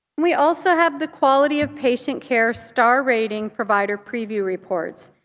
we also have the quality of patient care star rating provider preview reports.